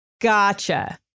gotcha